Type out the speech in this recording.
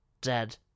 dead